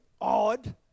odd